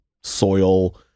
soil